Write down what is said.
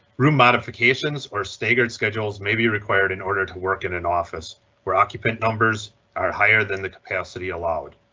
room modifications or staggered schedules may be required in order to work in an office where occupant numbers are higher than the capacity allowed.